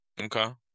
okay